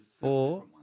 four